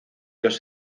los